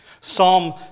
Psalm